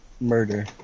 murder